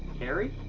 terry?